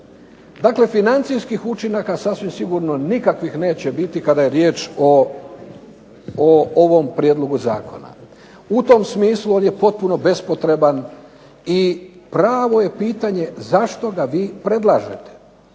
Dakle, financijskih učinaka sasvim sigurno nikakvih neće biti kada je riječ o ovom prijedlogu zakona. U tom smislu on je potpuno bespotreban i pravo je pitanje zašto ga vi predlažete?